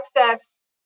access